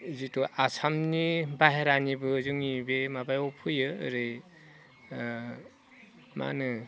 जितु आसामनि बाहेरानिबो जोंनि बे माबायाव फैयो ओरै मा होनो